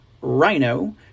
Rhino